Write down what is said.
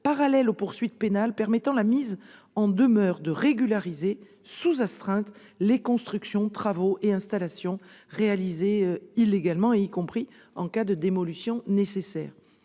parallèle aux poursuites pénales. Il permet la mise en demeure de régulariser, sous astreinte, les constructions, travaux et installations réalisés illégalement, y compris en cas de démolition nécessaire.